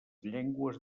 llengües